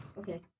Okay